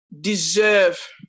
deserve